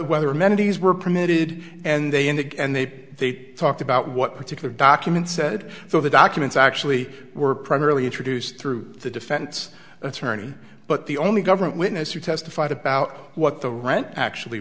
whether amenities were permitted and they ended and they they talked about what particular documents said so the documents actually were primarily introduced through the defense attorney but the only government witness who testified about what the rank actually